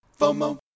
FOMO